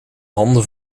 handen